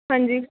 ਹਾਂਜੀ